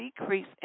decrease